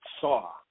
saw